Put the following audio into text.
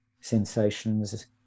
sensations